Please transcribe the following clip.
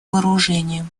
вооружениями